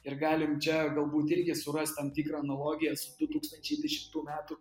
ir galim čia galbūt irgi surast tam tikrą analogiją su du tūkstančiai dešimtų metų